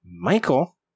Michael